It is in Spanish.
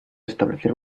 establecer